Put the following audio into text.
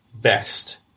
best